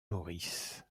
maurice